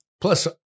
Plus